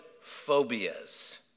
phobias